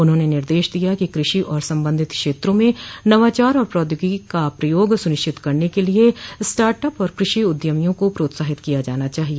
उन्होंने निर्देश दिया कि कृषि और संबंधित क्षेत्रों में नवाचार और प्रौद्योगिकी का उपयोग सुनिश्चित करने के लिए स्टार्ट अप और कृषि उद्यमियों को प्रोत्साहित किया जाना चाहिए